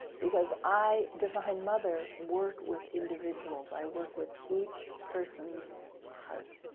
because i, divine mother, work with individuals. i work with each person's heart.